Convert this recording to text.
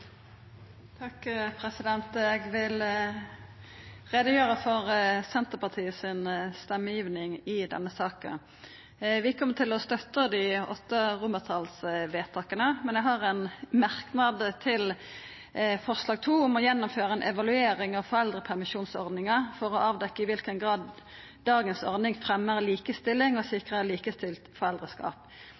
Eg vil greia ut om Senterpartiets stemmegiving i denne saka. Vi kjem til å støtta komiteens tilråding til vedtaka I–VIII, men eg har ein merknad til forslag II, om å gjennomføra ei evaluering av foreldrepermisjonsordninga for å avdekkja i kva grad dagens ordning fremjar likestilling og sikrar likestilt foreldreskap.